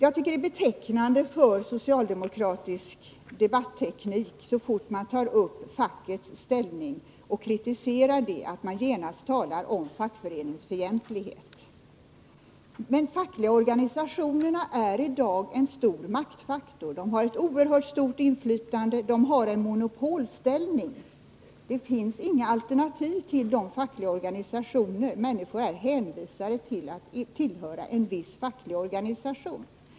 Det är betecknande för socialdemokraternas debatteknik att de, så fort man tar upp fackets ställning och framför kritik, genast talar om fackföreningsfientlighet. De fackliga organisationerna är i dag en stor maktfaktor. De har ett oerhört stort inflytande, och de har en monopolställning. Det finns inget alternativ till de fackliga organisationerna. Människor är hänvisade till att tillhöra en viss facklig organisation.